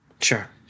Sure